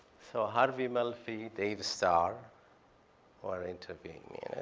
so harvey melfi, david starr were interviewing me.